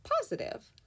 positive